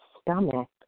stomach